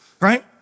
right